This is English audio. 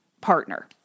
partner